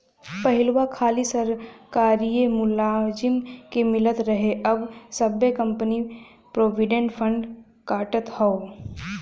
पहिलवा खाली सरकारिए मुलाजिम के मिलत रहे अब सब्बे कंपनी प्रोविडेंट फ़ंड काटत हौ